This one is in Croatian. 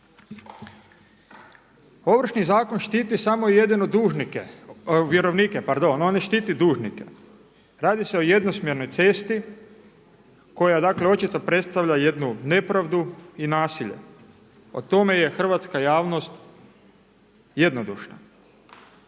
Ovršni zakon štiti samo i jedino vjerovnike, on ne štiti dužnike, radi se o jednosmjernoj cesti koja dakle očito predstavlja jednu nepravdu i nasilje. O tome je hrvatska javnost jednodušna.